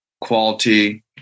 quality